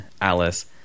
alice